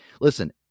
listen